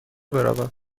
بروم